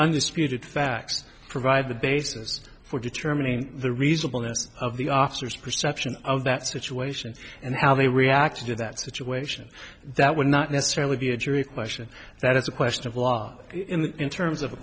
undisputed facts provide the basis for determining the reasonableness of the officers perception of that situation and how they reacted to that situation that would not necessarily be a jury question that it's a question of law in terms of a